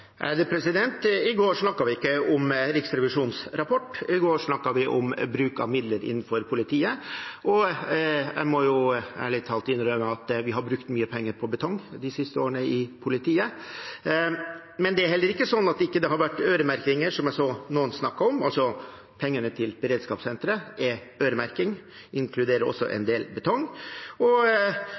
de tilsynelatende innrømmelsene fra statsråden på alvor når han så seint som i går omtaler dette viktige saksområdet bare som betong? I går snakket vi ikke om Riksrevisjonens rapport, i går snakket vi om bruk av midler innenfor politiet. Jeg må ærlig talt innrømme at vi har brukt mye penger på betong de siste årene i politiet. Men det er heller ikke slik at det ikke har vært øremerkinger, som jeg så noen snakket om. Pengene til beredskapssenteret er